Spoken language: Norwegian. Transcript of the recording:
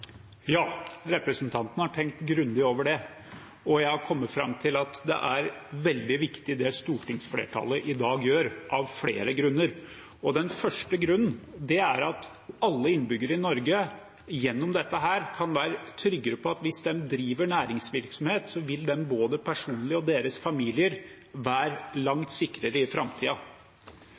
Ja, representanten har tenkt grundig over det, og jeg er kommet fram til at det er veldig viktig, det stortingsflertallet i dag gjør, av flere grunner. Den første grunnen er at alle innbyggere i Norge gjennom dette kan være tryggere på at hvis de driver næringsvirksomhet, vil både de personlig og familiene deres være langt sikrere i